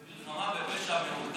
במלחמה בפשע מאורגן